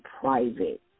private